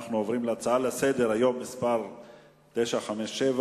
אנחנו עוברים להצעה לסדר-היום מס' 957: